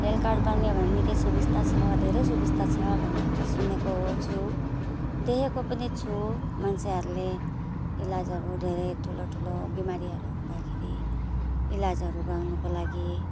health card बनियो भन्ने निकै सुबिस्ता छ धेरै सुबिस्ता छ भनेर त सुनेको हो छु देखेको पनि छु मान्छेहरूले इलाजहरू धेरै ठुलो ठुलो बिमारीहरू हुँदाखेरि इलाजहरू पाउनुको लागि